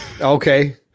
Okay